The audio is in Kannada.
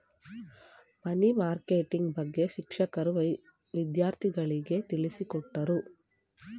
ಮನಿ ಮಾರ್ಕೆಟಿಂಗ್ ಬಗ್ಗೆ ಶಿಕ್ಷಕರು ವಿದ್ಯಾರ್ಥಿಗಳಿಗೆ ತಿಳಿಸಿಕೊಟ್ಟರು